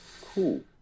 Cool